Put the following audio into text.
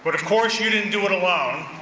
but of course you didn't do it alone.